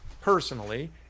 personally